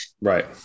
Right